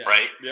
Right